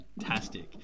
fantastic